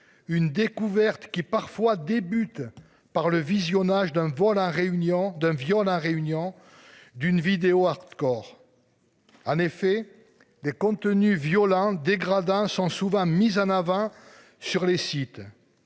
Une découverte qui parfois débute par le visionnage d'un vol à réunion d'un viol en réunion d'une vidéo hardcore. En effet, des contenus violents des gradins 100 souvent mise en avant sur les sites.